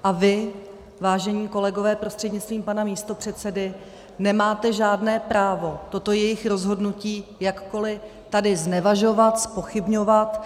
A vy vážení kolegové prostřednictvím pana místopředsedy, nemáte žádné právo toto jejich rozhodnutí jakkoliv tady znevažovat, zpochybňovat.